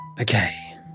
Okay